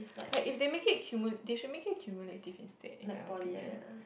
like if they make it cumulative they should make it cumulative instead in my opinion